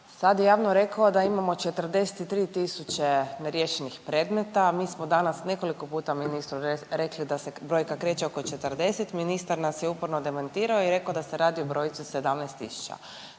sad javno rekao da imamo 43 neriješenih predmeta, mi smo danas nekoliko puta ministru rekli da se brojka kreće oko 40, ministar nas je uporno demantirao i rekao da se radi o brojci od 17 tisuća,